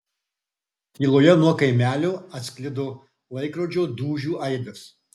tyloje nuo kaimelio atsklido laikrodžio dūžių aidas